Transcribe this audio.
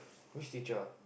which teacher